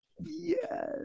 Yes